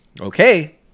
okay